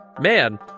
man